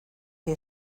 que